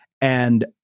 And-